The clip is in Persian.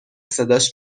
صداش